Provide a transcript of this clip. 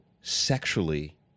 sexually